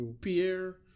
Pierre